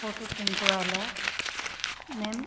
photo print वाला ma'am